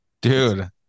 Dude